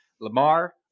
Lamar